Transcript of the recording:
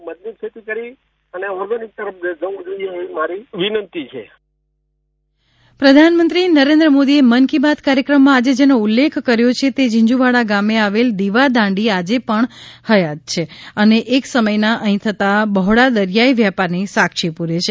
ઝીંઝુવાડા પ્રધાનમંત્રી નરેન્દ્ર મોદીએ મન કી બાત કાર્યક્રમમાં આજે જેનો ઉલ્લેખ કર્યો છે તે ઝીંઝુવાડા ગામે આવેલ દીવાદાંડી આજે પણ હૈયાત છે અને એક સમયના અહીં થતા બહોળાં દરિયાઈ વ્યાપારની સાક્ષી પૂરે છે